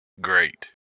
great